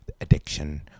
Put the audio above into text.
addiction